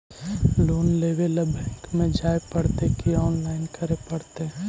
Loan लेवे ल bank में जाय पड़तै कि औनलाइन करे पड़तै?